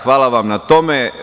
Hvala vam na tome.